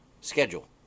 schedule